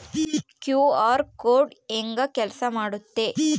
QR code ಹೆಂಗ ಕೆಲಸ ಮಾಡುತ್ತೆ?